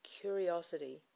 curiosity